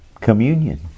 communion